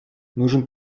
нужен